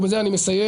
ובזה אני מסיים,